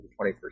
21st